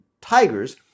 Tigers